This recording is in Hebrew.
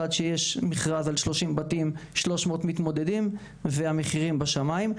עד שיש מכרז על 30 בתים יש 300 מתמודדים והמחירים בשמיים.